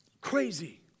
Crazy